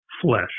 Flesh